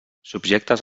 subjectes